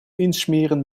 insmeren